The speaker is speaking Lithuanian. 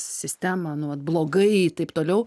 sistema nu vat blogai taip toliau